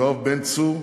יואב בן צור,